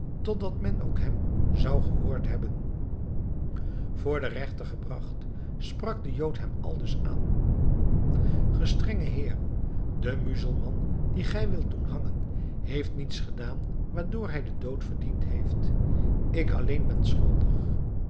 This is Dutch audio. dat men ook hem zou gehoord hebben voor den regter gebragt sprak de jood hem aldus aan gestrenge heer de muzelman dien gij wilt doen hangen heeft niets gedaan waardoor hij den dood verdiend heeft ik alleen ben schuldig